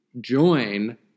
join